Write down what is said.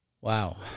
Wow